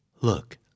Look